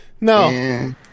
No